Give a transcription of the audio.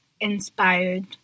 inspired